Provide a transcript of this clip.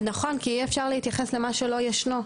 כי אי אפשר להתייחס למה שלא ישנו.